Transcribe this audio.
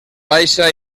baixa